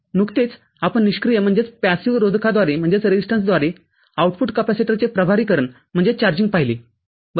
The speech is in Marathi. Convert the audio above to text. नुकतेचआपण निष्क्रिय रोधकाद्वारे आउटपुट कॅपेसिटरचे प्रभारीकरणपाहिले बरोबर